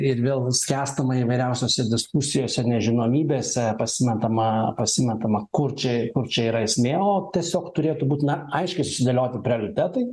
ir vėl nuskęstama įvairiausiose diskusijose nežinomybėse pasmerkdama pasimetama kur čia kur čia yra esmė o tiesiog turėtų būti na aiškiai susidėlioti prioritetai